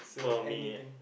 for me